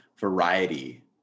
variety